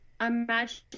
Imagine